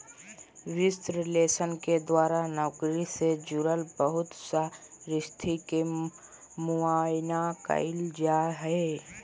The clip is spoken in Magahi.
विश्लेषण के द्वारा नौकरी से जुड़ल बहुत सा स्थिति के मुआयना कइल जा हइ